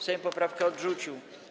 Sejm poprawkę odrzucił.